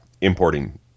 importing